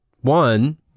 One